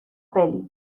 peli